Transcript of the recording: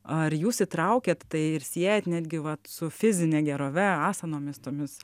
ar jūs įtraukiat tai ir siejant netgi vat su fizine gerove asanomis tomis